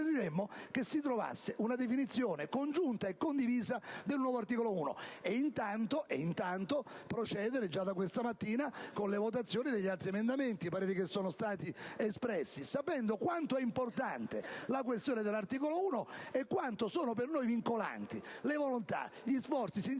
preferiremmo che si trovasse una definizione congiunta e condivisa del nuovo articolo 1, procedendo intanto, già da questa mattina, con le votazioni degli altri emendamenti su cui i pareri sono stati espressi, sapendo quanto è importante la questione dell'articolo 1 e quanto sono per noi vincolanti le volontà e gli sforzi sinceri